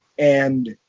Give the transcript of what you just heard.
and